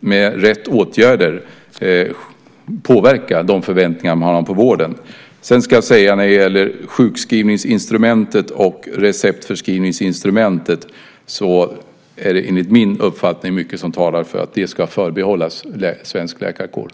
Med rätt åtgärder går det att påverka de förväntningar som finns på vården. När det gäller sjukskrivnings och receptförskrivningsinstrumentet är det mycket som enligt min uppfattning talar för att det ska förbehållas den svenska läkarkåren.